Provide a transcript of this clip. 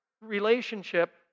relationship